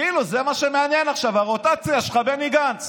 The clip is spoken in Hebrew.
כאילו זה מה שמעניין עכשיו, הרוטציה שלך, בני גנץ.